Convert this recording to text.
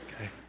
okay